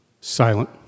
silent